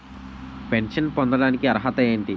Pension పొందడానికి అర్హత ఏంటి?